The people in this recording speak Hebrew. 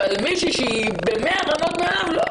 אבל מישהי שהיא במאה רמות מעליו לא.